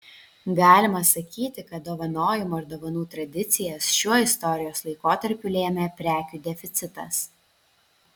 galima sakyti kad dovanojimo ir dovanų tradicijas šiuo istorijos laikotarpiu lėmė prekių deficitas